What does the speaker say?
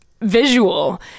visual